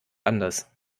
anders